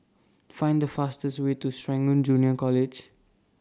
Find The fastest Way to Serangoon Junior College